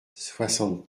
soixante